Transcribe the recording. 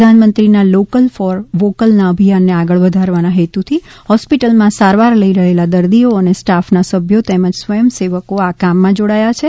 પ્રધાનમંત્રીના local for વોકલના અભિયાનને આગળ વધારવાના હેતુથી હોસ્પિટલમાં સારવાર લઈ રહેલા દર્દીઓ અને સ્ટાફના સભ્યો તેમજ સ્વયં સેવકો આ કામમાં જોડાયા છે